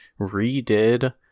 redid